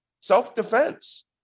Self-defense